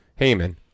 Heyman